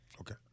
Okay